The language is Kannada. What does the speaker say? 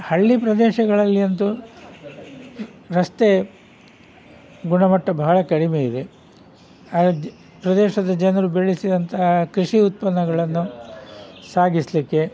ಹಳ್ಳಿ ಪ್ರದೇಶಗಳಲ್ಲಿ ಅಂತೂ ರಸ್ತೆ ಗುಣಮಟ್ಟ ಬಹಳ ಕಡಿಮೆ ಇದೆ ಆ ದ್ ಪ್ರದೇಶದ ಜನರು ಬೆಳೆಸಿದಂಥ ಕೃಷಿ ಉತ್ಪನ್ನಗಳನ್ನು ಸಾಗಿಸಲಿಕ್ಕೆ